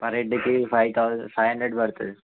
per హెడ్కి five thousand five hundred పడుతుంది